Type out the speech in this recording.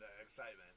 excitement